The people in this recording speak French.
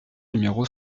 numéro